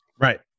Right